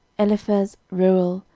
eliphaz, reuel,